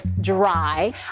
dry